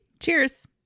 cheers